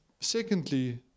secondly